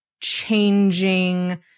changing